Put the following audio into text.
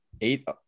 eight